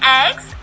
eggs